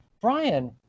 brian